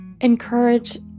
encourage